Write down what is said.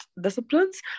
disciplines